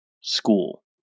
school